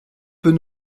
peut